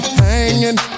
hanging